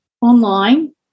online